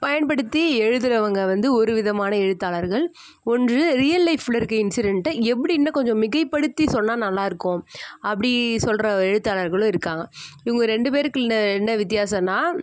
பயன்படுத்தி எழுதுகிறவங்க வந்து ஒரு விதமான எழுத்தாளர்கள் ஒன்று ரியல் லைஃப்பில் இருக்கற இண்ஸிடென்ட்டை எப்படி இன்னும் கொஞ்சம் மிகைப்படுத்தி சொன்னால் நல்லா இருக்கும் அப்படி சொல்கிற ஒரு எழுத்தாளர்களும் இருக்காங்க இவங்க ரெண்டு பேருக்குள்ளே என்ன வித்தியாசம்னால்